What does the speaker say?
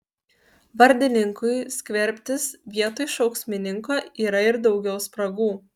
vardininkui skverbtis vietoj šauksmininko yra ir daugiau spragų